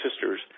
sisters